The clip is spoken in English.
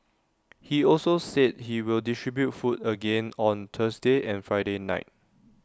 he also said he will distribute food again on Thursday and Friday night